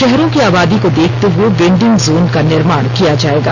शहरों की आबादी को देखते हुए वेंडिंग जोन का निर्माण किया जाएगा